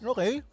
Okay